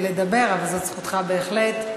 אבל זאת זכותך, בהחלט.